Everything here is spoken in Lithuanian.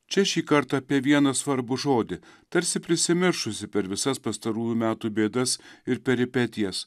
čia šį kartą apie vieną svarbų žodį tarsi prisimiršusį per visas pastarųjų metų bėdas ir peripetijas